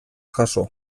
jaso